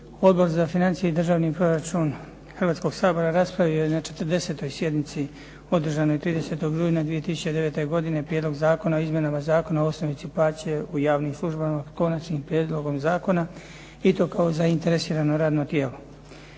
Odbor za financije i državni proračun Hrvatskog sabora raspravio je na 40. sjednici održanoj 30. rujna 2009. godine Prijedlog zakona o izmjenama Zakona o osnovici plaće u javnim službama s Konačnim prijedlogom zakona i to kao zainteresirano radno tijelo.